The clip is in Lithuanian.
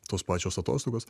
tos pačios atostogos